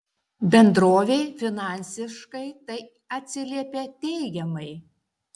bendrovei finansiškai tai atsiliepė teigiamai